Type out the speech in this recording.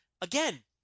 Again